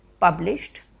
Published